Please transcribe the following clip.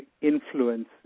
influence